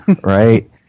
right